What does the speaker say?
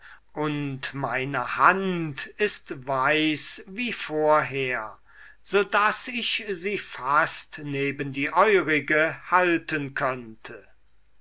und meine hand ist weiß wie vorher so daß ich sie fast neben die eurige halten könnte